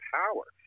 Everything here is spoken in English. power